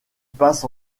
passe